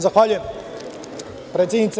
Zahvaljujem, predsednice.